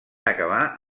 acabar